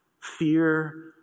Fear